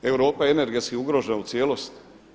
Europa je energetski ugrožena u cijelosti.